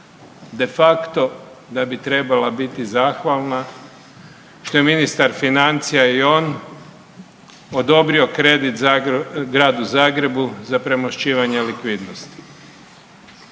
de facto da bi trebala biti zahvalna što je ministar financija i on odobrio kredit Gradu Zagrebu za premošćivanje likvidnosti.